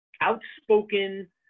outspoken